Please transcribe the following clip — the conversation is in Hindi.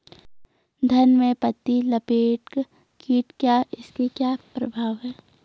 धान में पत्ती लपेटक कीट क्या है इसके क्या प्रभाव हैं?